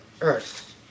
earth